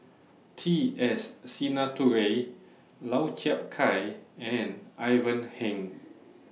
T S Sinnathuray Lau Chiap Khai and Ivan Heng